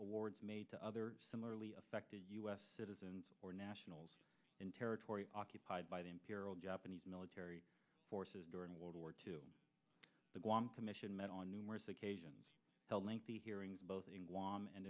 awards made to other similarly affected us citizens or nationals in territory occupied by the imperial japanese military forces during world war two the guam commission met on numerous occasions held lengthy hearings both in guam and